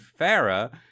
Farah